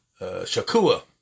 shakua